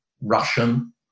Russian